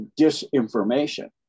disinformation